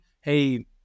Hey